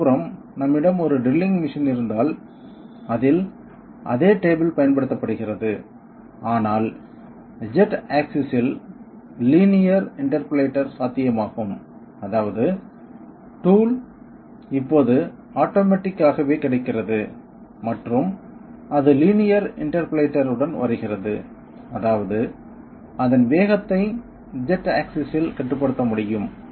மறுபுறம் நம்மிடம் ஒரு ட்ரில்லிங் மெஷின் இருந்தால் அதில் அதே டேபிள் பயன்படுத்தப்படுகிறது ஆனால் Z ஆக்சிஸ் இல் லீனியர் இண்டர்போலேட்டர் சாத்தியமாகும் அதாவது டூல் இப்போது ஆட்டோமேட்டிக் ஆகவே கிடைக்கிறது மற்றும் அது லீனியர் இண்டர்போலேட்டர் உடன் வருகிறது அதாவது அதன் வேகத்தை Z ஆக்சிஸ் இல் கட்டுப்படுத்த முடியும்